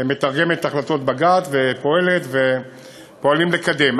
מתרגמת את החלטות בג"ץ ופועלת, ופועלים לקדם.